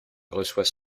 reçoit